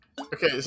Okay